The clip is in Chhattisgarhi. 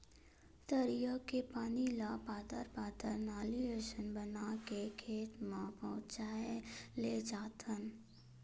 तरिया के पानी ल पातर पातर नाली असन बना के खेत म पहुचाए लेजाथन